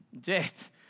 death